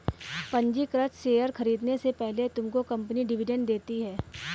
पंजीकृत शेयर खरीदने से पहले तुमको कंपनी डिविडेंड देती है